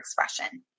expression